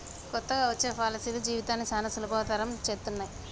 కొత్తగా వచ్చే పాలసీలు జీవితాన్ని చానా సులభతరం చేత్తన్నయి